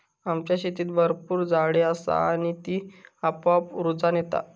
आमच्या शेतीत भरपूर झाडी असा ही आणि ती आपोआप रुजान येता